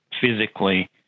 physically